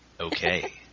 Okay